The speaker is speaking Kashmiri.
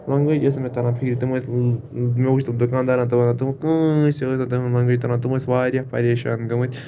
لینگویج ٲس نہٕ مےٚ تَران فِکرِ تِم ٲسۍ مےٚ وٕچھ تٔمۍ دُکاندارَن تہٕ تِمن کٲنٛسہِ ٲس نہٕ تِمَن لینگوج تَران تِم ٲسۍ واریاہ پریشان گٔمٕتۍ